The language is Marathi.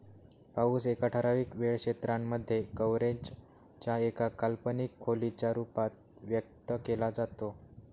पाऊस एका ठराविक वेळ क्षेत्रांमध्ये, कव्हरेज च्या एका काल्पनिक खोलीच्या रूपात व्यक्त केला जातो